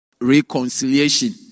reconciliation